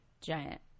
giant